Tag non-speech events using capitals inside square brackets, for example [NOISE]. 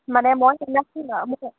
মানে মই [UNINTELLIGIBLE]